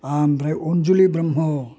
ओमफ्राय अनजुलि ब्रम्ह